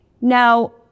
Now